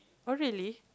oh really